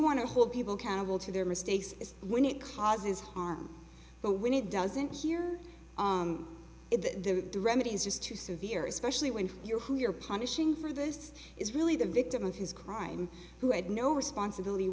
want to hold people accountable to their mistakes is when it causes harm but when it doesn't here is the direct it is just too severe especially when you're who you're punishing for this is really the victim of his crime who had no responsibility